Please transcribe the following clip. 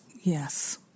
Yes